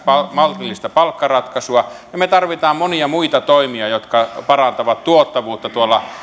maltillista palkkaratkaisua ja me tarvitsemme monia muita toimia jotka parantavat tuottavuutta tuolla